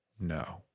No